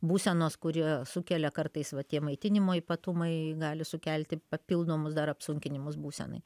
būsenos kurią sukelia kartais va tie maitinimo ypatumai gali sukelti papildomus dar apsunkinimus būsenai